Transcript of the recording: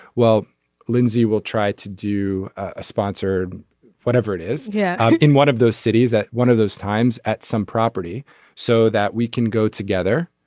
well lindsey will try to do a sponsor whatever it is. yeah i'm in one of those cities at one of those times at some property so that we can go together.